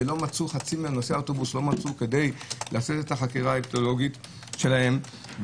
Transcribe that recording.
וחצי מנוסעי האובוס לעשות את החקירה האפידמיולוגית שלהם,